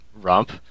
rump